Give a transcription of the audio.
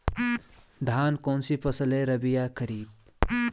धान कौन सी फसल है रबी या खरीफ?